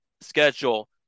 schedule